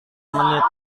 menit